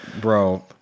bro